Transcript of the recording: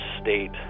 state